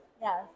Yes